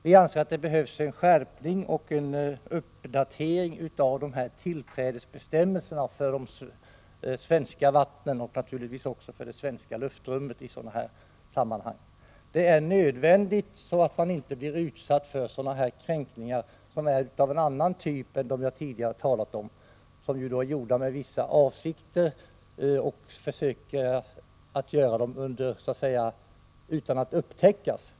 Vi anser att det behövs en skärpning och en uppdatering av tillträdesbestämmelserna för de svenska vattnen och naturligtvis också för det svenska luftrummet i detta sammanhang. Det är nödvändigt för att vi inte skall bli utsatta för sådana här kränkningar, som är av en annan typ än dem som jag tidigare talade om och som är gjorda med vissa avsikter. Dem försöker man göra utan att bli upptäckt.